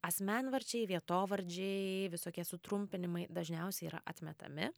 asmenvardžiai vietovardžiai visokie sutrumpinimai dažniausiai yra atmetami